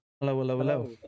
Hello